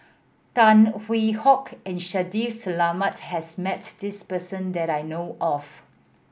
Tan Hwee Hock and Shaffiq Selamat has met this person that I know of